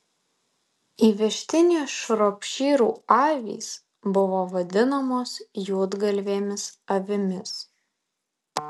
įvežtinės šropšyrų avys buvo vadinamos juodgalvėmis avimis